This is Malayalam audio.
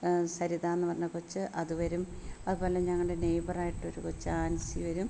സരിത എന്ന് പറഞ്ഞ കൊച്ച് അത് വരും അതുപോലെ ഞങ്ങളുടെ നെയ്ബറായിട്ട് ഒരു കൊച്ച് ആൻസി വരും